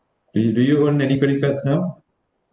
do you do you own any credit cards now